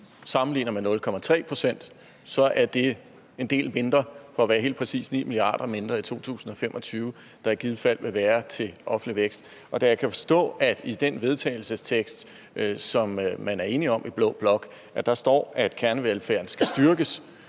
sammenligning er 0,3 pct. en del mindre end 0,5 pct.; for at være helt præcis er det 9 mia. kr. mindre i 2020, der i givet fald vil være til offentlig vækst. Og da jeg kan forstå, at der i det forslag til vedtagelse, som man er enige om i blå blok, står, at kernevelfærden skal styrkes,